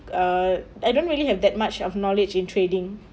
uh I don't really have that much of knowledge in trading